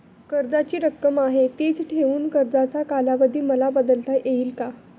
कर्जाची रक्कम आहे तिच ठेवून कर्जाचा कालावधी मला बदलता येईल का?